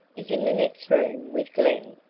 is in the next room with glen.